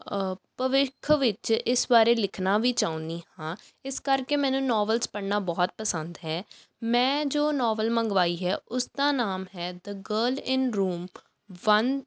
ਭਵਿੱਖ ਵਿੱਚ ਇਸ ਬਾਰੇ ਲਿਖਣਾ ਵੀ ਚਾਹੁੰਦੀ ਹਾਂ ਇਸ ਕਰਕੇ ਮੈਨੂੰ ਨੋਵਲਜ਼ ਪੜ੍ਹਨਾ ਬਹੁਤ ਪਸੰਦ ਹੈ ਮੈਂ ਜੋ ਨੋਵਲ ਮੰਗਵਾਈ ਹੈ ਉਸ ਦਾ ਨਾਮ ਹੈ the girl in room one